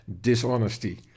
dishonesty